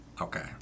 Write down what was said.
Okay